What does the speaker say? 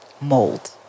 mold